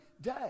day